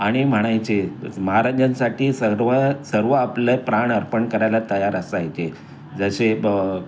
आणि म्हणायचे महाराजांसाठी सर्व सर्व आपलं प्राण अर्पण करायला तयार असायचे जसे ब